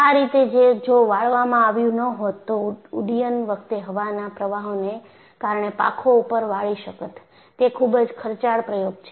આ રીતે જો વાળવામાં આવ્યું ન હોત તો ઉડ્ડયન વખતે હવાના પ્રવાહોને કારણે પાંખો ઉપર વાળી શકત તે ખૂબ જ ખર્ચાળ પ્રયોગ છે